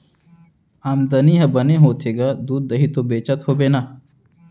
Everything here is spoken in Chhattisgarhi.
आमदनी ह बने होथे गा, दूद, दही तो बेचत होबे ना?